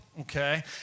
okay